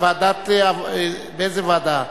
באיזו ועדה,